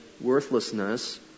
worthlessness